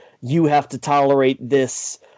you-have-to-tolerate-this